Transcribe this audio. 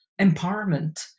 empowerment